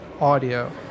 audio